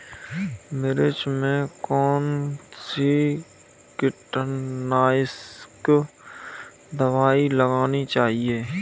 मिर्च में कौन सी कीटनाशक दबाई लगानी चाहिए?